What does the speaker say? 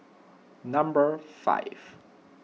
number five